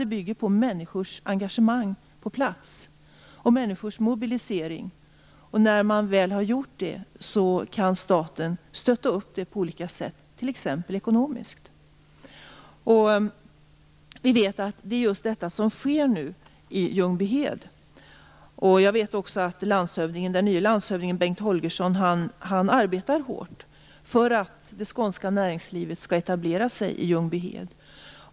Den bygger på människors engagemang på plats och på människors mobilisering. Sedan kan staten stötta på olika sätt, t.ex. ekonomiskt. Vi vet att det just är detta som sker nu i Ljungbyhed. Jag vet också att den nye landshövdingen, Bengt Holgersson, arbetar hårt för att det skånska näringslivet skall etablera sig i Ljungbyhed.